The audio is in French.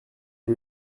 est